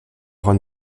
ron